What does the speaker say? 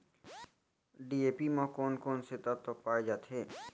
DAP म कोन कोन से तत्व पाए जाथे?